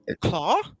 Claw